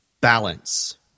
balance